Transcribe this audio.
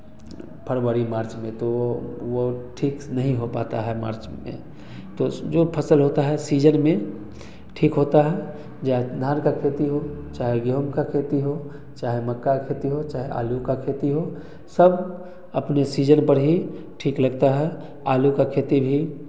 फरवरी मार्च में तो वह ठीक नहीं हो पाता है मार्च में तो जो फ़सल होता है सीजन में ठीक होता है या धान का खेती हो चाहे गेहूँ का खेती हो चाहे मक्का का खेती हो चाहे आलू का खेती हो सब अपने सीजन पर ही ठीक लगता है आलू का खेती भी